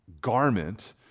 garment